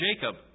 Jacob